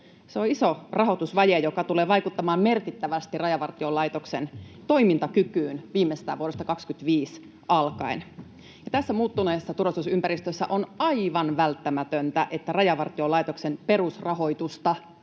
Se on iso rahoitusvaje, joka tulee vaikuttamaan merkittävästi Rajavartiolaitoksen toimintakykyyn viimeistään vuodesta 25 alkaen. Tässä muuttuneessa turvallisuusympäristössä on aivan välttämätöntä, että Rajavartiolaitoksen perusrahoitusta